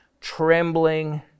trembling